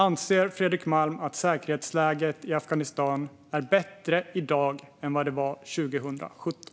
Anser Fredrik Malm att säkerhetsläget i Afghanistan är bättre i dag än vad det var 2017?